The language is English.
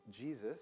Jesus